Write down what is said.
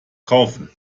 kaufen